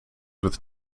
with